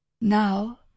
now